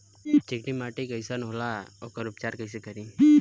चिकटि माटी कई सन होखे ला वोकर उपचार कई से करी?